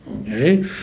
okay